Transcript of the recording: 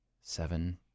seven